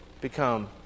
become